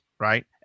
right